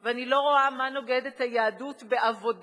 ואני לא רואה מה נוגד את היהדות בעבודה